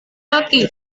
laki